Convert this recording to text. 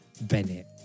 bennett